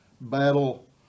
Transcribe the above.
battle